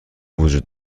وجود